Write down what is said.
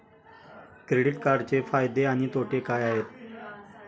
Credit कार्डचे फायदे आणि तोटे काय आहेत?